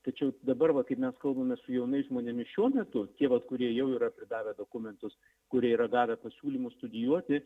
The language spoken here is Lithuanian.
tačiau dabar va kaip mes kalbame su jaunais žmonėmis šiuo metu tie vat kurie jau yra pridavę dokumentus kurie yra gavę pasiūlymų studijuoti